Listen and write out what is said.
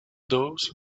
those